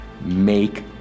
make